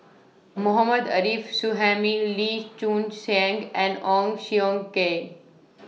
Mohammad Arif Suhaimi Lee Choon Seng and Ong Siong Kai